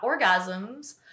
orgasms